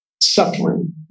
suffering